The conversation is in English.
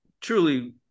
truly